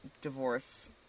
divorce